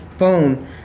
phone